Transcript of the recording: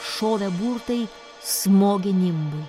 šovė burtai smoginimui